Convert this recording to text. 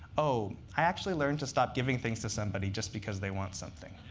oh, i actually learned to stop giving things to somebody just because they want something.